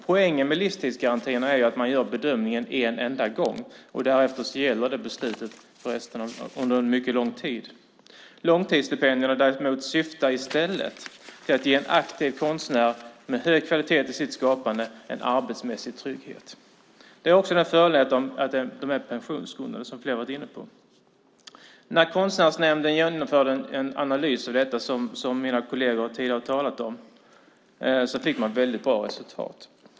Poängen med livstidsgarantierna är att man gör bedömningen en enda gång. Därefter gäller det beslutet under mycket lång tid. Långtidsstipendierna däremot syftar i stället till att ge en aktiv konstnär med hög kvalitet i sitt skapande en trygghet i arbetet. Det är också en fördel att stipendierna är pensionsgrundande, vilket flera har varit inne på. När Konstnärsnämnden genomförde en analys av detta, som mina kolleger tidigare har talat om, fick man ett väldigt bra resultat.